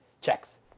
Checks